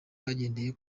bagendeye